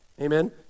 amen